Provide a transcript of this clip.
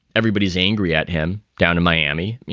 everybody's angry at him down in miami. you